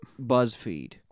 Buzzfeed